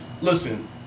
Listen